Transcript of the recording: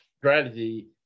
Strategy